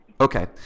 Okay